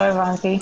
לא הבנתי.